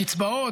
קצבאות,